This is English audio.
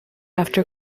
after